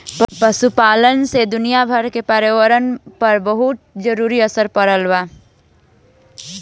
पशुपालन से दुनियाभर के पर्यावरण पर बहुते जरूरी असर पड़ेला